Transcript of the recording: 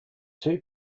two